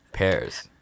Pears